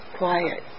quiet